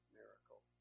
miracle